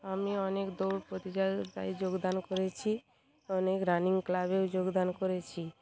আমি অনেক দৌড় প্রতিযাগিতায় যোগদান করেছি অনেক রানিং ক্লাবেও যোগদান করেছি